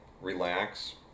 Relax